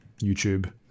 YouTube